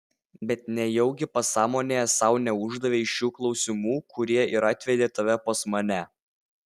bet nejaugi pasąmonėje sau neuždavei šių klausimų kurie ir atvedė tave pas mane